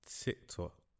TikTok